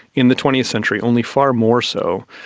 in the twentieth century only far more so,